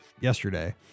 yesterday